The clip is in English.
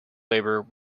labor